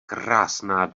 krásná